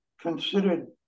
considered